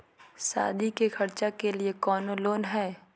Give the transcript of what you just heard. सादी के खर्चा के लिए कौनो लोन है?